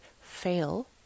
fail